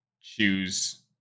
choose